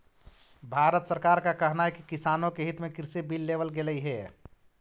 भारत सरकार का कहना है कि किसानों के हित में कृषि बिल लेवल गेलई हे